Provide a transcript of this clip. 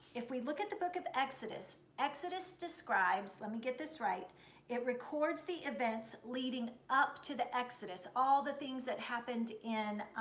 if we look at the book of exodus, exodus describes let me get this right it records the events leading up to the exodus. all the things that happened in,